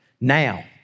Now